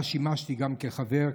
שבה שימשתי גם כחבר,